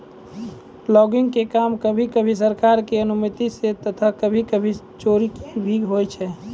logging के काम कभी कभी सरकार के अनुमती सॅ तथा कभी कभी चोरकी भी होय छै